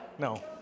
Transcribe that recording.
No